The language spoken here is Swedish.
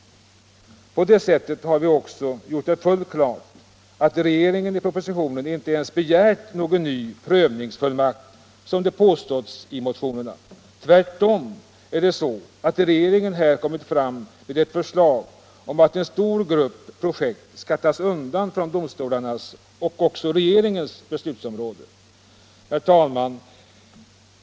På det sättet har vi också gjort det fullt klart att regeringen i propositionen inte ens begärt någon ny prövningsfullmakt som det påståtts. Tvärtom är det så att regeringen här kommit med ett förslag om att en stor grupp projekt skall tas undan från domstolarnas och också regeringens beslutsområde. Herr talman!